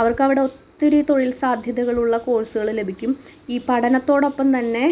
അവർക്കവിടൊത്തിരി തൊഴിൽ സാധ്യതകളുള്ള കോഴ്സുകള് ലഭിക്കും ഈ പഠനത്തോടൊപ്പം തന്നെ